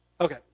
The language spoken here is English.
Okay